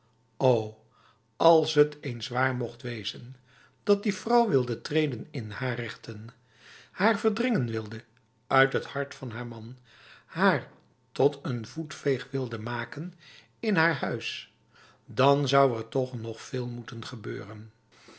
o als het eens waar mocht wezen dat die vrouw wilde treden in haar rechten haar verdringen wilde uit het hart van haar man haar tot een voetveeg wilde maken in haar huis dan zou er toch nog veel moeten gebeuren